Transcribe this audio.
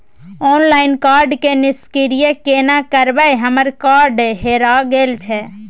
Online card के निष्क्रिय केना करबै हमर कार्ड हेराय गेल छल?